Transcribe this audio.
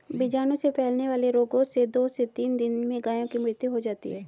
बीजाणु से फैलने वाले रोगों से दो से तीन दिन में गायों की मृत्यु हो जाती है